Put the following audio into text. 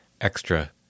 extra